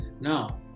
Now